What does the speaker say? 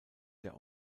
der